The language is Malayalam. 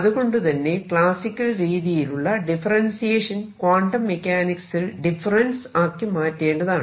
അതുകൊണ്ടുതന്നെ ക്ലാസിക്കൽ രീതിയിലുള്ള ഡിഫറെൻസിയേഷൻ ക്വാണ്ടം മെക്കാനിക്സിൽ ഡിഫറെൻസ് ആക്കി മാറ്റേണ്ടതാണ്